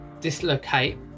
dislocate